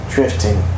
Drifting